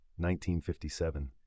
1957